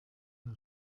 der